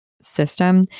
system